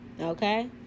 Okay